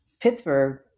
Pittsburgh